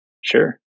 Sure